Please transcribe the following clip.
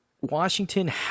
Washington